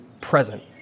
present